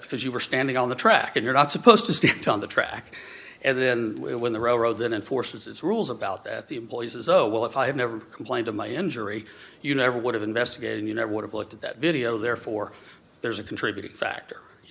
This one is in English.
because you were standing on the track and you're not supposed to stay on the track and then when the road then enforce its rules about that the employee says oh well if i have never complained of my injury you never would have investigated you never would have looked at that video therefore there's a contributing factor you